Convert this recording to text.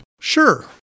Sure